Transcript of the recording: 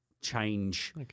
change